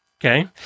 Okay